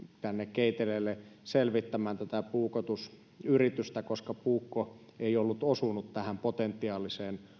keiteleelle selvittämään tätä puukotusyritystä koska puukko ei ollut osunut tähän potentiaaliseen